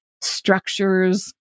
structures